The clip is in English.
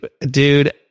dude